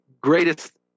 greatest